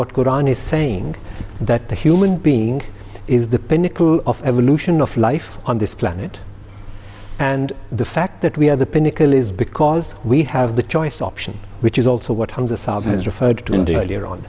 koran is saying that the human being is the pinnacle of evolution of life on this planet and the fact that we are the pinnacle is because we have the choice option which is also